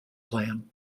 plan